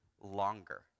longer